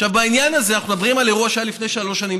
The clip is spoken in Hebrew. בעניין הזה אנחנו מדברים על אירוע שהיה לפני שלוש שנים.